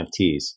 NFTs